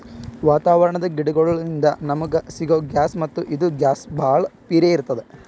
ವಾತಾವರಣದ್ ಗಿಡಗೋಳಿನ್ದ ನಮಗ ಸಿಗೊ ಗ್ಯಾಸ್ ಮತ್ತ್ ಇದು ಗ್ಯಾಸ್ ಭಾಳ್ ಪಿರೇ ಇರ್ತ್ತದ